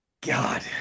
God